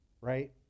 right